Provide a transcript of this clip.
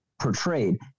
portrayed